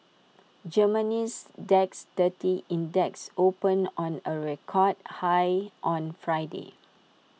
Germany's Dax thirty index opened on A record high on Friday